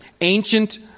ancient